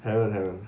I haven't haven't